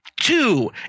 Two